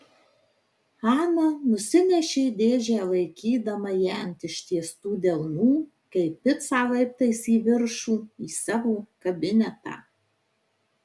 ana nusinešė dėžę laikydama ją ant ištiestų delnų kaip picą laiptais į viršų į savo kabinetą